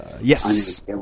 Yes